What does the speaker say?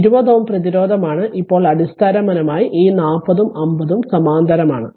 ഇത് 20 Ω പ്രതിരോധമാണ് ഇപ്പോൾ അടിസ്ഥാനപരമായി ഈ 40 ഉം 50 ഉം സമാന്തരമാണ്